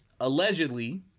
Allegedly